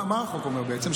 מה החוק אומר בעצם?